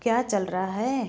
क्या चल रहा है